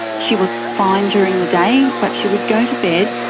she was fine during the day, but she would go to bed,